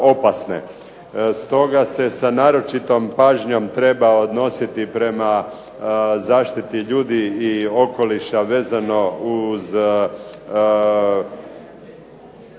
Stoga se sa naročitom pažnjom treba odnositi prema zaštiti ljudi i okoliša vezano uz